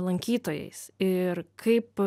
lankytojais ir kaip